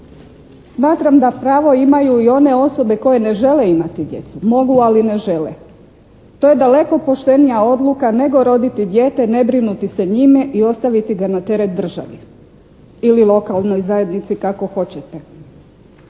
Smatram da pravo imaju i one osobe koje ne žele imati djecu. Mogu ali ne žele. To je daleko poštenija odluke nego roditi dijete, ne brinuti se njime i ostaviti ga na teret državi ili lokalnoj zajednici, kako hoćete.